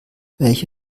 welche